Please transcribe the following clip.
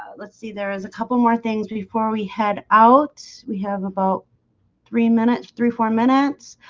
let's see, there is a couple more things before we head out we have about three minutes three four minutes